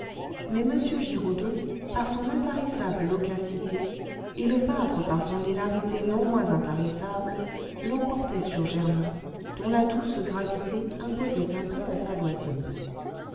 mais m giraudeau par son intarissable loquacité et le peintre par son hilarité non moins intarissable l'emportaient sur germain dont la douce gravité imposait un peu à sa voisine